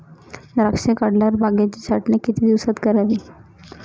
द्राक्षे काढल्यावर बागेची छाटणी किती दिवसात करावी?